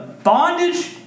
Bondage